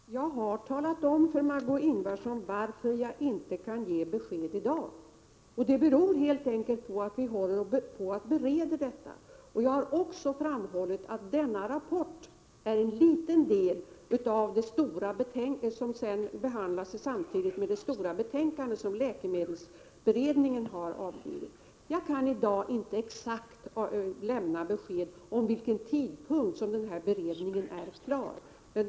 Herr talman! Jag har redan talat om för Margö Ingvardsson varför jag inte kan ge besked i dag. Det beror helt enkelt på att vi just nu bereder ärendet. Jag har också framhållit att denna rapport är en liten del av det som behandlas samtidigt med det stora betänkande som läkemedelsutredningen har avgivit. Jag kan i dag inte lämna exakt besked om vid vilken tidpunkt beredningen är klar.